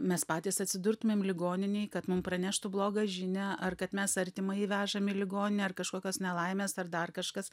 mes patys atsidurtumėm ligoninėj kad mum praneštų blogą žinią ar kad mes artimąjį vežam į ligoninę ar kažkokios nelaimės ar dar kažkas